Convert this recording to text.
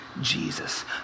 Jesus